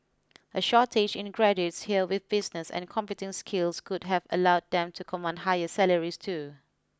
a shortage in graduates here with business and computing skills could have allowed them to command higher salaries too